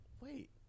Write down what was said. wait